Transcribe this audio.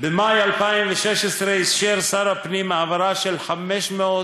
במאי 2016 אישר שר הפנים העברה של 580